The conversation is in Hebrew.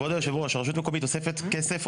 כבוד יושב הראש הרשות מקומית אוספת כסף,